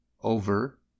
over